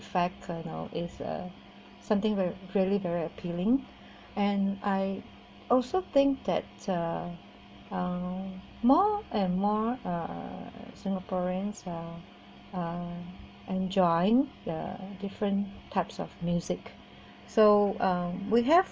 effect you know is uh something ver~ very very appealing and I also think that uh uh more and more uh singaporeans uh uh enjoy the different types of music so um we have